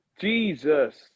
Jesus